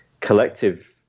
collective